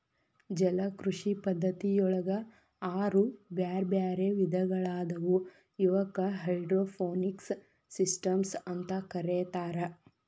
ಜಲಕೃಷಿ ಪದ್ಧತಿಯೊಳಗ ಆರು ಬ್ಯಾರ್ಬ್ಯಾರೇ ವಿಧಗಳಾದವು ಇವಕ್ಕ ಹೈಡ್ರೋಪೋನಿಕ್ಸ್ ಸಿಸ್ಟಮ್ಸ್ ಅಂತ ಕರೇತಾರ